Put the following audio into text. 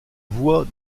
voie